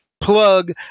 plug